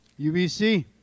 UBC